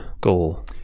goal